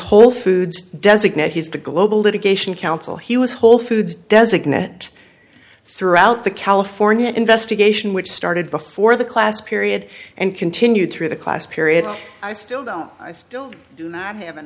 whole foods designate he's the global litigation counsel he was whole foods designit throughout the california investigation which started before the class period and continued through the class period i still don't i still do not have an